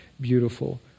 beautiful